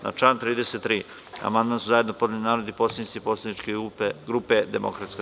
Na član 33. amandman su zajedno podneli narodni poslanici poslaničke grupe DS.